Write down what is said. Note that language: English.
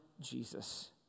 Jesus